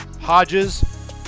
Hodges